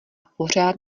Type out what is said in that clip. pořád